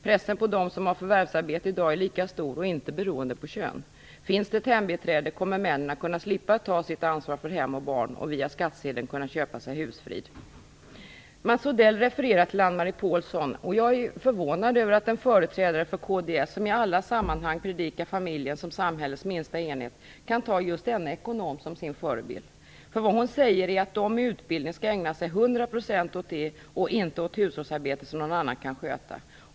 Pressen på dem som har förvärvsarbete i dag är lika stor och inte beroende på kön. Finns det ett hembiträde kommer männen att kunna slippa att ta sitt ansvar för hem och barn och via skattsedeln köpa sig husfrid. Mats Odell refererar till Ann-Marie Pålsson. Jag är förvånad över att en företrädare för kds, som i alla sammanhang predikar om familjen som samhällets minsta enhet, kan just ta denna ekonom som sin förebild. Hon säger att de med utbildning skall ägna sig till hundra procent åt det, inte åt hushållsarbete som någon annan kan sköta.